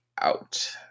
out